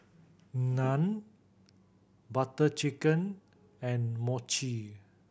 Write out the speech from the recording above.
Naan Butter Chicken and Mochi